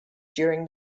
during